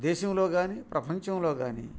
దేశంలో కానీ ప్రపంచంలో కానీ